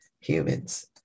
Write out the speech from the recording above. humans